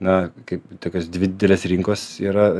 na kaip tokios dvi didelės rinkos yra